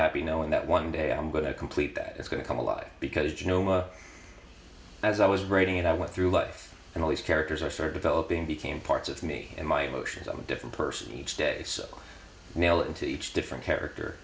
happy knowing that one day i'm going to complete that it's going to come alive because you know as i was writing it i went through life and all these characters are sort of opening became parts of me in my emotions of a different person each day nail into each different character